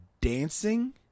dancing